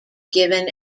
given